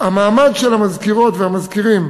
המעמד של המזכירות והמזכירים,